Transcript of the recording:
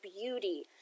beauty